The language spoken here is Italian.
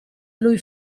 lui